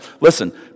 Listen